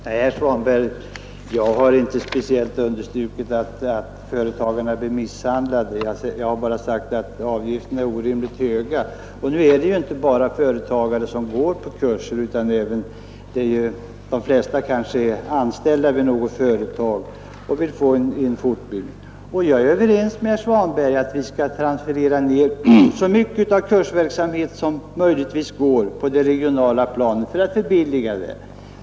Herr talman! Nej, herr Svanberg, jag har inte speciellt understrukit att företagarna blir misshandlade. Jag har bara sagt att avgifterna är orimligt höga. Och det är ju inte bara företagarna som går på kurser. De flesta är kanske anställda på något företag och får fortbildning. Jag är överens med herr Svanberg om att vi skall transferera ner så mycket av kursverksamheten som möjligtvis går till det regionala planet ty det blir billigare.